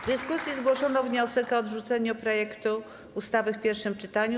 W dyskusji zgłoszono wniosek o odrzucenie projektu ustawy w pierwszym czytaniu.